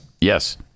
yes